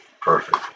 perfect